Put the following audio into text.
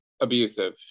Abusive